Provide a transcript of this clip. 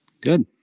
Good